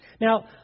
Now